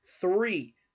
three